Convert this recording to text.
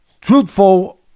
Truthful